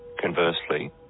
Conversely